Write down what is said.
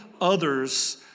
others